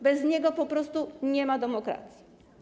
Bez niego po prostu nie ma demokracji.